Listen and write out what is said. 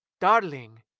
Darling